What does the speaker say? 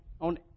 on